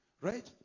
Right